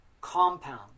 compound